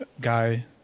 guy